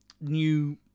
new